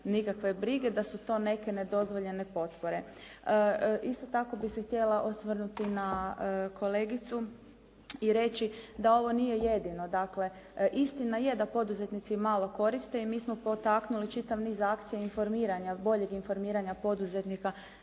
nikakve brige da su to neke nedozvoljene potpore. Isto tako bih se htjela osvrnuti na kolegicu i reći da ovo nije jedino, dakle istina je da poduzetnici malo koriste i mi smo potaknuli akcije informiranja boljeg, informiranja poduzetnika,